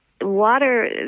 Water